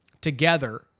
together